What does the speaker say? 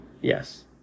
Yes